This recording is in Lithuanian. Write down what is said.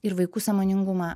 ir vaikų sąmoningumą